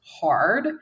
hard